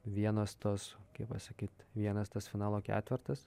vienas tos kai pasakyt vienas tas finalo ketvertas